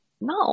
no